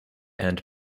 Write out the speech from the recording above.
and